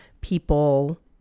people